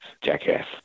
jackass